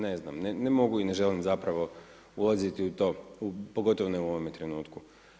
Ne znam, ne mogu i ne želim zapravo ulaziti u to, pogotovo ne u ovome trenutku.